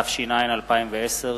התש"ע 2010,